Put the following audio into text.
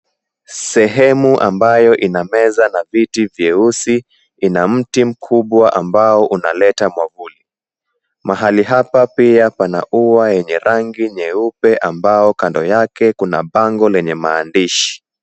Sehemu ambayo ina meza na viti vyeusi ina mti mkubwa ambao unaleta mwavuli. Mahali hapa pia pana ua yenye rangi nyeupe ambao kando yake kuna bango lenye maandishi.